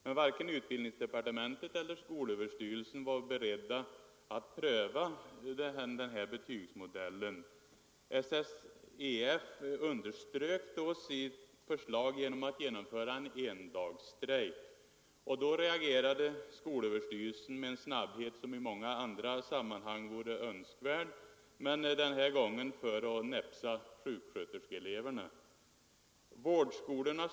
Men varken utbildningsdepartementet eller skolöverstyrelsen har varit beredda att pröva Sveriges sjuksköterskeelevers förbunds modell. SSEF underströk sitt förslag med att genomföra en endagsstrejk. Då reagerade skolöverstyrelsen med en snabbhet som i många andra sammanhang vore önskvärd men som denna gång gällde att näpsa sjuksköterskeeleverna.